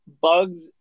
Bugs